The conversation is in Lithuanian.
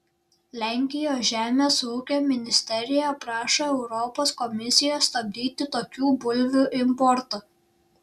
lenkijos žemės ūkio ministerija prašo europos komisijos stabdyti tokių bulvių importą